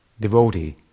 devotee